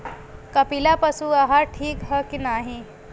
कपिला पशु आहार ठीक ह कि नाही?